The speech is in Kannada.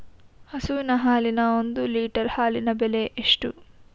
ಹಸುವಿನ ಹಾಲಿನ ಒಂದು ಲೀಟರ್ ಹಾಲಿನ ಬೆಲೆ ಎಷ್ಟು?